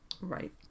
Right